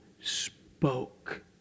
spoke